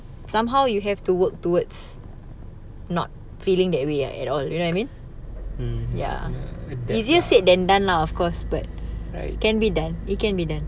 mm ya right